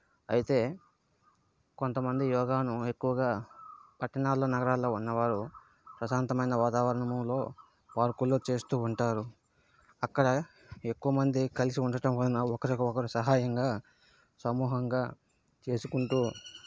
అయితే కొంతమంది యోగాను ఎక్కువగా పట్టణాల్లో నగరాల్లో ఉన్నవారు ప్రశాంతమైన వాతావరణములో పార్కుల్లో చేస్తూ ఉంటారు అక్కడ ఎక్కువ మంది కలిసి ఉండటం వల్ల ఒకరికి ఒకరు సహాయంగా సమూహంగా చేసుకుంటూ